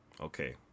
Okay